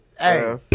Hey